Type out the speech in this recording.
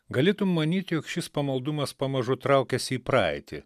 galėtum manyti jog šis pamaldumas pamažu traukiasi į praeitį